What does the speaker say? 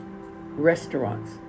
restaurants